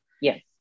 Yes